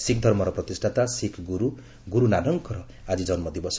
ଶିଖ୍ ଧର୍ମର ପ୍ରତିଷ୍ଠାତା ଶିଖ୍ଗୁରୁ ଗୁରୁ ନାନକଙ୍କର ଆଜି ଜନ୍ମଦିବସ